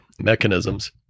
mechanisms